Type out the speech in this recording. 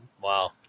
Wow